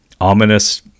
ominous